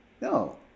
No